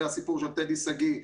והסיפור של טדי שגיא,